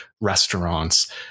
restaurants